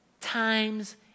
times